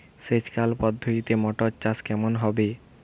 সেচ খাল পদ্ধতিতে মটর চাষ কেমন হবে?